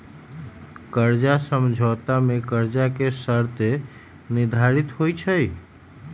कर्जा समझौता में कर्जा के शर्तें निर्धारित होइ छइ